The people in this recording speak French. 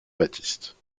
baptiste